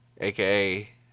AKA